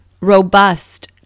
robust